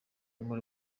müller